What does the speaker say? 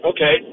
Okay